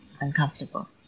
uncomfortable